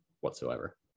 whatsoever